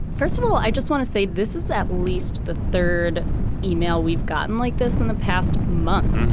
first of all, i just want to say this is at least the third email we've gotten like this in the past month.